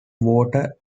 water